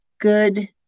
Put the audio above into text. good